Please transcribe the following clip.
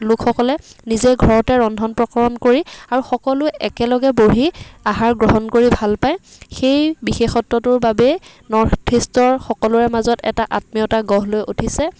লোকসকলে নিজে ঘৰতে ৰন্ধন প্ৰকৰণ কৰি আৰু সকলোৱে একেলগে বহি আহাৰ গ্ৰহণ কৰি ভাল পায় সেই বিশেষত্বটোৰ বাবে নৰ্থ ইষ্টৰ সকলোৰে মাজত এটা আত্মীয়তা গঢ় লৈ উঠিছে